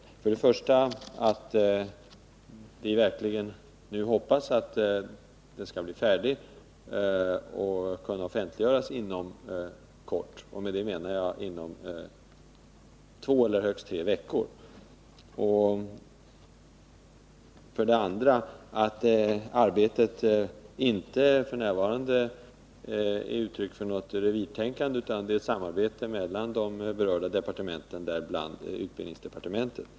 Vi hoppas för det första att promemorian skall bli färdig och kunna offentliggöras inom kort, och med det menar jag inom två eller högst tre veckor. För det andra vill jag säga att det inte är fråga om något revirtänkande, utan det sker ett samarbete mellan de berörda departementen, bl.a. med utbildningsdepartementet.